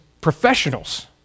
professionals